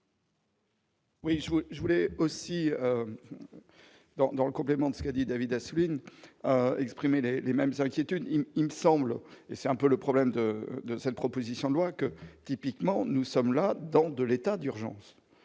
Oui je je voulais aussi donc dans le complément de ce que dit David Assouline exprimer les les mêmes inquiétudes il me semble, et c'est un peu le problème de cette proposition de loi que typiquement, nous sommes là dans de l'état d'urgence